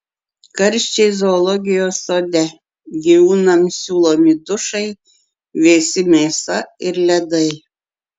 karščiai zoologijos sode gyvūnams siūlomi dušai vėsi mėsa ir ledai